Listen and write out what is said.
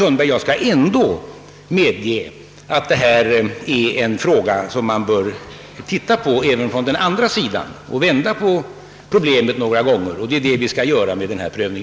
Jag skall ändå medge, fru Sundberg, att man bör granska denna fråga även från den andra sidan och vända på problemet några gånger. Det är det vi skall göra vid denna prövning.